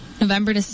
November